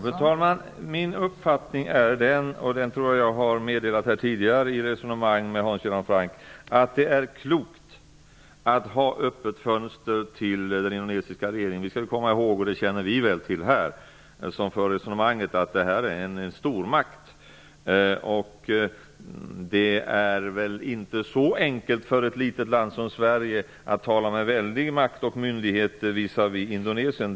Fru talman! Min uppfattning är att det är klokt att hålla öppet fönster mot den indonesiska regeringen. Jag tror att jag har meddelat min uppfattning tidigare i resonemang med Hans Göran Franck. Vi skall komma ihåg -- vi som för resonemanget känner till det väl -- att det rör sig om en stormakt. Det är inte så enkelt för ett litet land som Sverige att tala med väldig makt och myndighet visavi Indonesien.